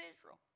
Israel